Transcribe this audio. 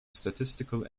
statistical